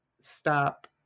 stop